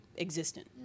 existent